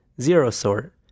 Zero-sort